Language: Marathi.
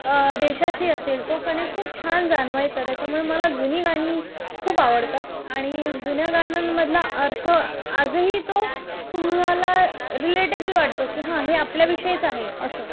देशाशी असेल तो कनेक्ट खूप छान जाणवायचा त्याच्यामुळे मला जुनी गाणी खूप आवडतात आणि जुन्या गाण्यांमधला अर्थ आजही तो तुम्हाला रीलेटेबल वाटतो की हं हे आपल्याविषयीच आहे असं